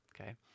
okay